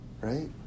Right